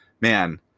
man